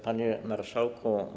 Panie Marszałku!